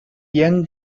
young